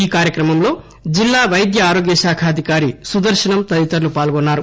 ఈ కార్యక్రమంలో జిల్లా పైద్య ఆరోగ్య శాఖ అధికారి సుదర్శనం తదితరులు పాల్గొన్నారు